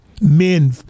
Men